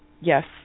yes